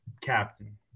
captain